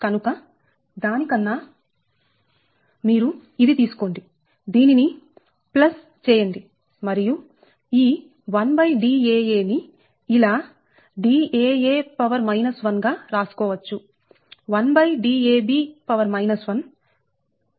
కనుక దాని కన్నా మీరు ఇది తీసుకోండి దీనిని చేయండి మరియు ఈ 1Daa ని ఇలా Daa 1 గా రాసుకోవచ్చు 1Dab 1